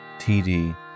TD